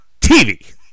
tv